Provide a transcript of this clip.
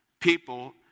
people